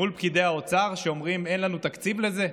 מול פקידי האוצר שאומרים: אין לנו תקציב לזה.